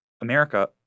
America